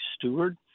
steward